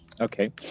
okay